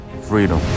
freedom